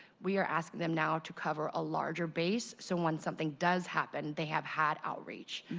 we are asking them now to cover a larger base. so when something does happen, they have had outreach.